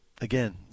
again